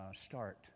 start